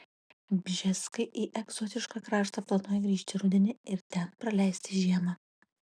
bžeskai į egzotišką kraštą planuoja grįžti rudenį ir ten praleisti žiemą